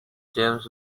james